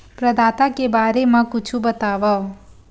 प्रदाता के बारे मा कुछु बतावव?